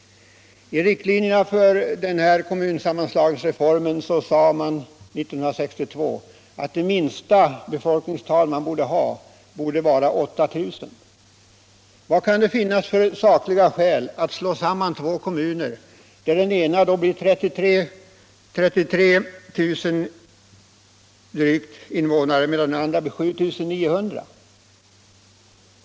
I riktlinjerna för kommunsammanslagningsreformen sade man 1962 att det minsta befolkningstalet borde vara 8000. Vad finns det för sakliga skäl att slå samman två kommuner så att den ena får drygt 33 000 invånare och den andra 7900?